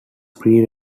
pre